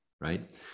right